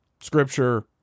scripture